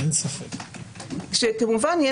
כמובן.